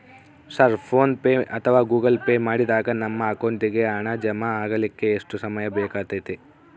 Sir PhonePe ಅಥವಾ Google pay ಮಾಡಿದಾಗ ನಮ್ಮ ಅಕೌಂಟಿಗೆ ಹಣ ಜಮಾ ಆಗಲಿಕ್ಕೆ ಎಷ್ಟು ಸಮಯ ಬೇಕಾಗತೈತಿ?